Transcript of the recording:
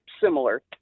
similar